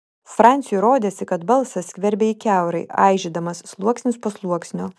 franciui rodėsi kad balsas skverbia jį kiaurai aižydamas sluoksnis po sluoksnio